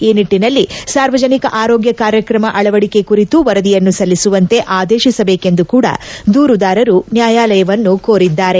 ಈ ನಿಟ್ಟನಲ್ಲಿ ಸಾರ್ವಜನಿಕ ಆರೋಗ್ಯ ಕಾರ್ಯಕ್ರಮ ಅಳವಡಿಕೆ ಕುರಿತು ವರದಿಯನ್ನು ಸಲ್ಲಿಸುವಂತೆ ಆದೇಶಿಸಬೇಕೆಂದು ಕೂಡಾ ದೂರುದಾರರು ನ್ಯಾಯಾಲಯವನ್ನು ಕೋರಿದ್ದಾರೆ